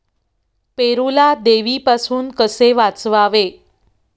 पेरूला देवीपासून कसे वाचवावे?